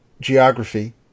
geography